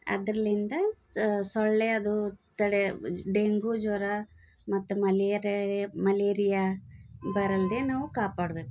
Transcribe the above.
ಅದರಿಂದ ಸೊಳ್ಳೆ ಅದು ತಡೆ ಡೆಂಗೂ ಜ್ವರ ಮತ್ತು ಮಲೇರ್ಯಾಗೆ ಮಲೇರಿಯಾ ಬರದೇ ನಾವು ಕಾಪಾಡ್ಬೇಕು